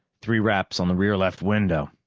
three raps on the rear left window.